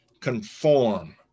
conform